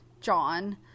John